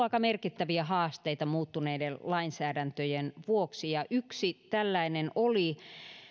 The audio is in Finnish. aika merkittäviä haasteita muuttuneiden lainsäädäntöjen vuoksi yksi tällainen oli